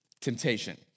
temptation